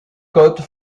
côte